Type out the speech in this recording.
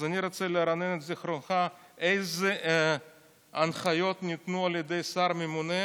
אז אני רוצה לרענן את זיכרונך איזה הנחיות ניתנו על ידי השר הממונה,